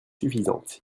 suffisante